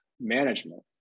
management